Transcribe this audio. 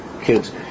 kids